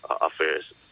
affairs